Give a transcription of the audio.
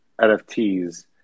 NFTs